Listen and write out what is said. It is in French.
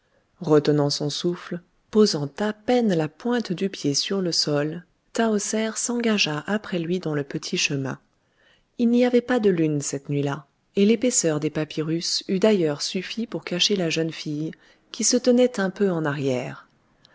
retenant son souffle posant à peine la pointe du pied sur le sol tahoser s'engagea après lui dans le petit chemin il n'y avait pas de lune cette nuit-là et l'épaisseur des papyrus eût d'ailleurs suffi pour cacher la jeune fille qui se tenait un peu en arrière